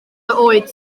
oed